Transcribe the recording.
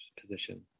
position